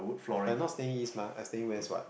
but I not staying East mah I staying West what